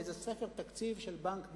באיזה ספר תקציב של בנק בין-לאומי.